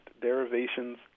derivations